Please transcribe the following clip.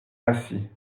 rassis